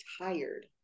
tired